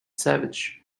savage